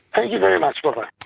ah you very much, but